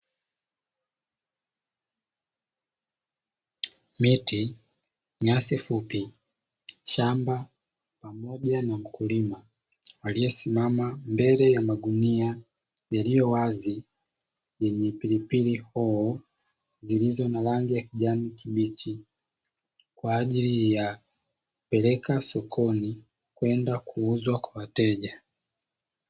Miti, nyasi fupi, shamba pamoja na mkulima, aliyesimama mbele ya magunia yaliyo wazi yenye pilipili hoho zilizo na rangi ya kijani kibichi, kwa ajili ya kupeleka sokoni kwenda kuuzwa kwa wateja.